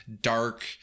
dark